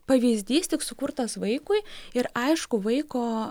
pavyzdys tik sukurtas vaikui ir aišku vaiko